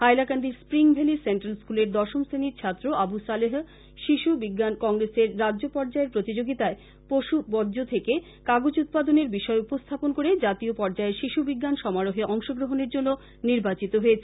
হাইলাকান্দির spring valley central স্কুলের দশম শ্রেনীর ছাত্র আবু সালেহ শিশু বিঞ্জান কংগ্রেসের রাজ্য পর্যায়ের প্রতিযোগীতায় পশু ব্যর্জ থেকে কাগজ উৎপাদনের বিষয় উপস্থাপন করে জাতীয় পর্যায়ের শিশু বিঞ্জান সমারোহে অংশগ্রহনের জন্য নির্বাচিত হয়েছে